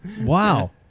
Wow